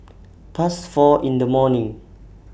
Past four in The morning